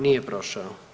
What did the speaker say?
Nije prošao.